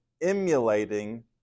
emulating